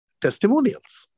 testimonials